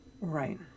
Right